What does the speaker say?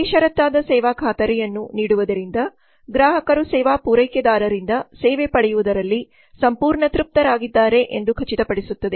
ಬೇಷರತ್ತಾದ ಸೇವಾ ಖಾತರಿಯನ್ನು ನೀಡುವುದರಿಂದ ಗ್ರಾಹಕರು ಸೇವಾ ಪೂರೈಕೆದಾರರಿಂದ ಸೇವೆ ಪಡೆಯುವದರಲ್ಲಿ ಸಂಪೂರ್ಣ ತೃಪ್ತರಾಗಿದ್ದಾರೆ ಎಂದು ಖಚಿತಪಡಿಸುತ್ತದೆ